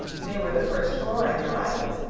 they were the first foreign arrivals,